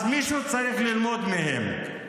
אז מישהו צריך ללמוד מהם.